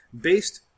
based